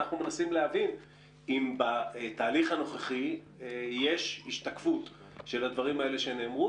אנחנו מנסים להבין אם בתהליך הנוכחי יש השתקפות של הדברים שנאמרו,